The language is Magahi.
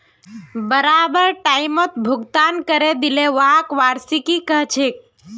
बराबर टाइमत भुगतान करे दिले व्हाक वार्षिकी कहछेक